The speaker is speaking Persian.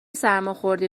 سرماخوردی